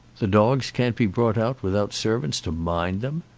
the dogs can't be brought out without servants to mind them!